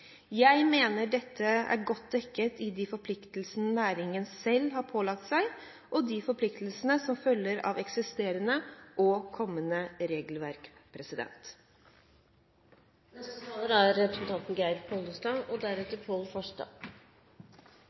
Jeg mener dette er godt dekket i de forpliktelsene næringen selv har pålagt seg, og i de forpliktelsene som følger av eksisterende og kommende regelverk. Det er